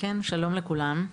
שלום לכולם.